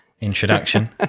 introduction